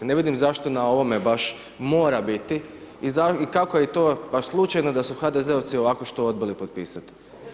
Ne vidim zašto na ovome baš mora biti i kako je to baš slučajno da su HDZ-ovci ovako što odbili potpisati.